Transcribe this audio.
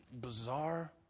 bizarre